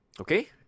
okay